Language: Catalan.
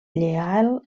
lleial